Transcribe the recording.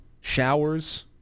showers